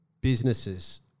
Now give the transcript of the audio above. businesses